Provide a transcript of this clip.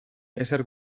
ezer